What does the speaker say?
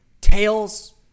Tails